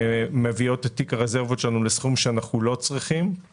שמביאות את תיק הרזרבות שלנו לסכום שאנחנו לא צריכים.